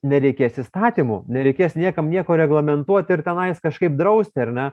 nereikės įstatymų nereikės niekam nieko reglamentuot ir tenais kažkaip drausti ar ne